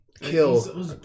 kill